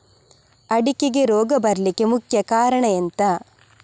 ಅಡಿಕೆಗೆ ರೋಗ ಬರ್ಲಿಕ್ಕೆ ಮುಖ್ಯ ಕಾರಣ ಎಂಥ?